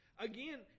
Again